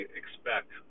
expect